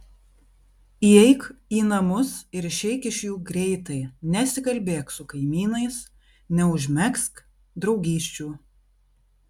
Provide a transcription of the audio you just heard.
įeik į namus ir išeik iš jų greitai nesikalbėk su kaimynais neužmegzk draugysčių